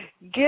give